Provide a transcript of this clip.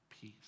peace